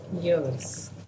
years